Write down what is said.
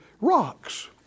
rocks